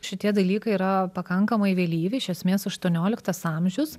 šitie dalykai yra pakankamai vėlyvi iš esmės aštuonioliktas amžius